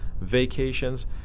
vacations